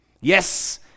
yes